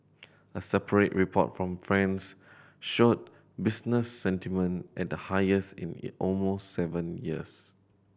a separate report from France showed business sentiment at the highest in almost seven years